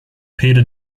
peter